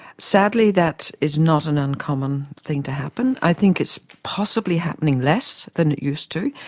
sadly that is not an uncommon thing to happen, i think it's possibly happening less than it used to,